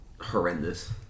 horrendous